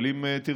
אבל אם תרצה,